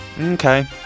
Okay